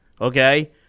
Okay